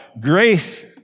grace